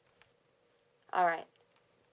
alright